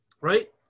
right